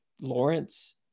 Lawrence